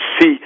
see